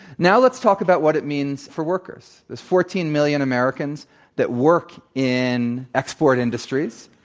now, let's talk about what it means for workers. there's fourteen million americans that work in export industries.